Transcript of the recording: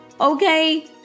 okay